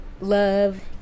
love